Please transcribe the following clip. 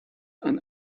and